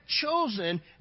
chosen